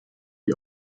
die